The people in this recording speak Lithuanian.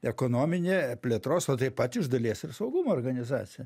ekonominė plėtros o taip pat iš dalies ir saugumo organizacija